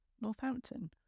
Northampton